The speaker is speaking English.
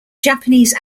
japanese